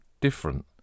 different